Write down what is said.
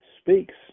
speaks